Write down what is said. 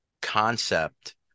concept